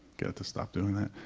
get it to stop doing that.